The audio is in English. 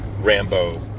Rambo